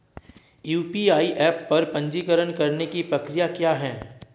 UPI app पर पंजीकरण करने की प्रक्रिया क्या है?